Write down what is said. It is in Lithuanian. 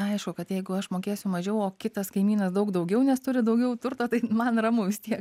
aišku kad jeigu aš mokėsiu mažiau o kitas kaimynas daug daugiau nes turi daugiau turto tai man ramu vis tiek